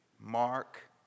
Mark